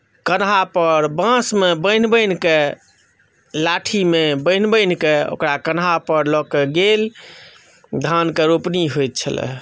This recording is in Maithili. कन्हापर बाँसमे बान्हि बान्हिके लाठीमे बान्हि बान्हिके ओकरा कन्हापर लऽ के गेल धानके रोपनी होइत छलए हे